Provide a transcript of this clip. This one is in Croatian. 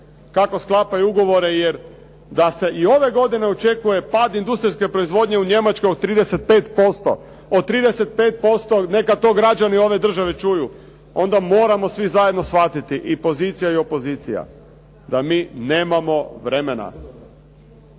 kako sklapaju ugovore jer da se i ove godine očekuje pad industrijske proizvodnje u Njemačkoj od 35%, od 35% neka to građani ove države čuju. Onda moramo svi zajedno shvatiti i opozicija i pozicija da mi nemamo vremena.